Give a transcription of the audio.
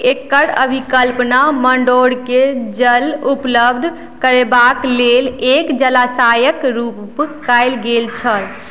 एकर अभिकल्पना मण्डोरकेँ जल उपलब्ध करयबाक लेल एक जलाशयक रूपमे कयल गेल छल